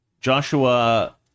Joshua